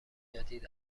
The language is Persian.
جدید